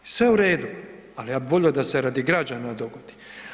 I sve u redu, ali ja bi volio da se građana dogodi.